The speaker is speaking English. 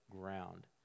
ground